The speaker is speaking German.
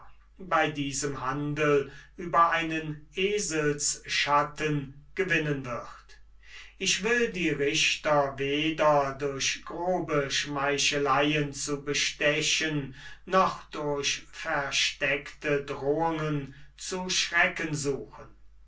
bei diesem handel über einen eselsschatten gewinnen wird ich will die richter weder durch grobe schmeicheleien zu bestechen noch durch versteckte drohungen zu schrecken suchen